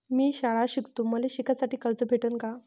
मी शाळा शिकतो, मले शिकासाठी कर्ज भेटन का?